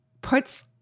puts